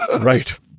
Right